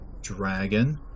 Dragon